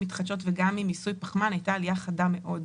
מתחדשות וגם ממיסוי פחמן הייתה עלייה חדה מאוד.